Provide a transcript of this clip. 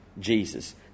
Jesus